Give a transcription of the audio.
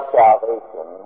salvation